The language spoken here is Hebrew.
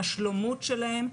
השלומות שלהם,